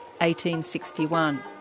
1861